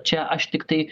čia aš tiktai